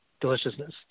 deliciousness